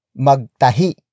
magtahi